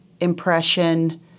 impression